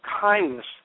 kindness